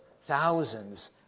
thousands